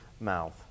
mouth